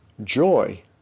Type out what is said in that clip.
Joy